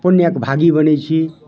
पुण्यक भागी बनैत छी